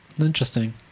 Interesting